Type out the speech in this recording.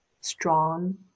strong